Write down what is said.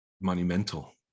monumental